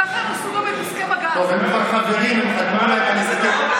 ככה הם עשו גם את הסכם הגז.